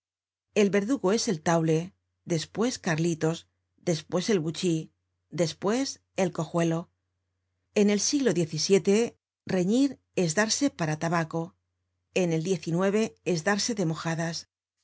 el verdugo es el tatúe despues cariños despues el buchi despues el cojuelo en el siglo xvii reñir es darse para tabaco en el xix es darse de mojadas